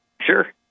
Sure